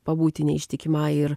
pabūti neištikimai ir